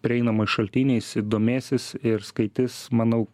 prieinamais šaltiniais i domėsis ir skaitys manau